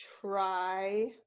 try